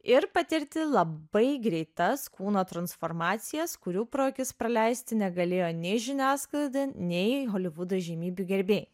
ir patirti labai greitas kūno transformacijas kurių pro akis praleisti negalėjo nei žiniasklaida nei holivudo įžymybių gerbėjai